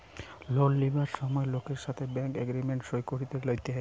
loan লিবার সময় লোকের সাথে ব্যাঙ্ক এগ্রিমেন্ট সই করে লইতেছে